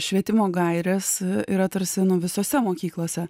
švietimo gairės yra tarsi nu visose mokyklose